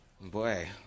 Boy